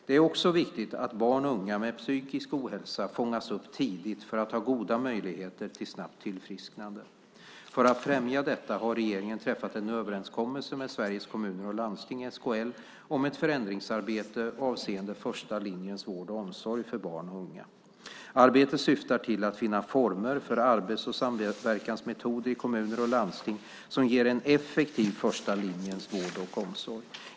Det är också viktigt att barn och unga med psykisk ohälsa fångas upp tidigt för att ha goda möjligheter till snabbt tillfrisknande. För att främja detta har regeringen träffat en överenskommelse med Sveriges Kommuner och Landsting, SKL, om ett förändringsarbete avseende första linjens vård och omsorg för barn och unga. Arbetet syftar till att finna former för arbets och samverkansmetoder i kommuner och landsting som ger en effektiv första linjens vård och omsorg.